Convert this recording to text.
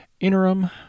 Interim